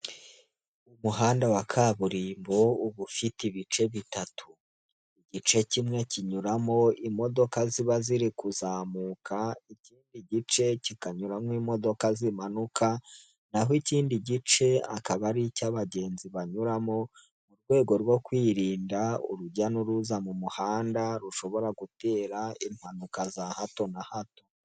Umuhanda wa kaburimbo uba ufite ibice bitatu, igice kimwe kinyuramo imodoka ziba ziri kuzamuka, igice kikanyuramo imodoka zimanuka, naho ikindi gice akaba ari icy'abagenzi banyuramo mu rwego rwo kwirinda urujya n'uruza mu muhanda rushobora gutera impanuka za hato na hato.